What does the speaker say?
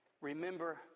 remember